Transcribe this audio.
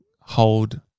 hold